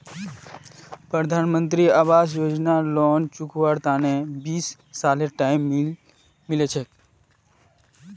प्रधानमंत्री आवास योजनात लोन चुकव्वार तने बीस सालेर टाइम मिल छेक